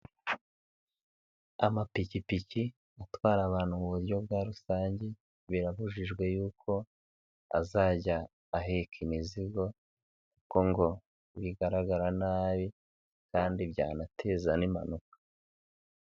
Amapikipiki atwara abantu mu buryo bwa rusange birabujijwe yuko azajya aheka imizigo kuko ngo bigaragara nabi kandi byanateza n'impanuka.